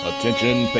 Attention